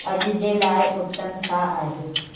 अॼ जे लाइ उतम छा आहे